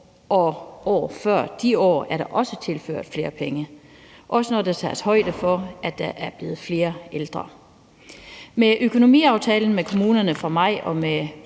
i årene før de år er der også tilført flere penge, også når der tages højde for, at der er blevet flere ældre. Med økonomiaftalen med kommunerne fra maj og med